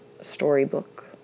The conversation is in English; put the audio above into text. storybook